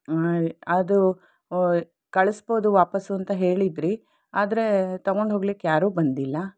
ಅದು ಕಳ್ಸ್ಬೌದು ವಾಪಸ್ಸು ಅಂತ ಹೇಳಿದ್ದಿರಿ ಆದರೆ ತೊಗೊಂಡು ಹೋಗ್ಲಿಕ್ಕೆ ಯಾರೂ ಬಂದಿಲ್ಲ